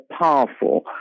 powerful